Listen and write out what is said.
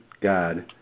God